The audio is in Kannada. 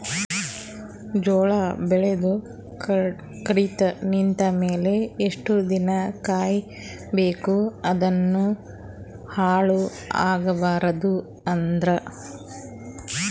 ಜೋಳ ಬೆಳೆದು ಕಡಿತ ನಿಂತ ಮೇಲೆ ಎಷ್ಟು ದಿನ ಕಾಯಿ ಬೇಕು ಅದನ್ನು ಹಾಳು ಆಗಬಾರದು ಅಂದ್ರ?